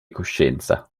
coscienza